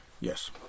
yes